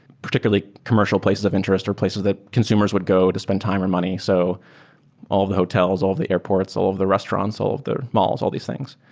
particularly commercial places of interest or places that consumers would go to spend time or money, so all the hotels, all the airports, all of the restaurants, all of the malls, all these things.